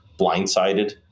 blindsided